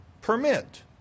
permit